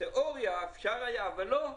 בתיאוריה היה אפשר, אבל לא.